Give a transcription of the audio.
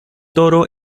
toro